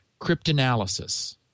Cryptanalysis